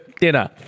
Dinner